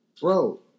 bro